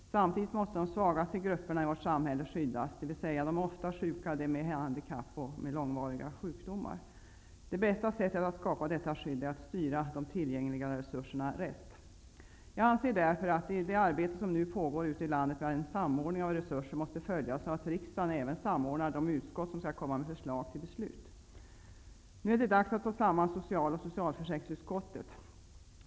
Samtidigt måste de svagaste grupperna i vårt samhälle skyddas, dvs. de ofta sjuka, de med handikapp och långvariga sjukdomar. Det bästa sättet att skapa detta skydd är att styra de tillgängliga resurserna rätt. Jag anser därför att det arbete som nu pågår ute i landet med en samordning av resurser måste följas av att riksdagen även samordnar de utskott som skall komma med förslag till beslut. Nu är det dags att slå samman social och socialförsäkringsutskottet.